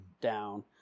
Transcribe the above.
down